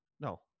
No